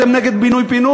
אתם נגד פינוי-בינוי?